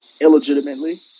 illegitimately